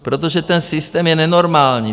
Protože ten systém je nenormální.